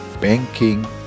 banking